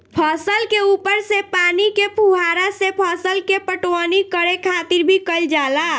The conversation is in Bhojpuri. फसल के ऊपर से पानी के फुहारा से फसल के पटवनी करे खातिर भी कईल जाला